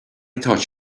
thought